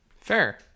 Fair